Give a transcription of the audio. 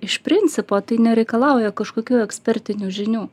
iš principo tai nereikalauja kažkokių ekspertinių žinių